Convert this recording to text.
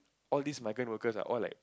all these migrant workers were all like